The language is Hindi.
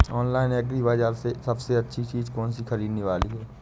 ऑनलाइन एग्री बाजार में सबसे अच्छी चीज कौन सी ख़रीदने वाली है?